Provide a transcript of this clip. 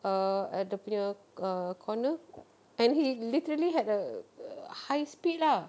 uh at dia punya err corner and he literally had a a high speed lah